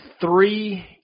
three